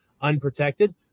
unprotected